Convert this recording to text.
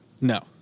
No